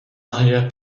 arrière